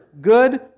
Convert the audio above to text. good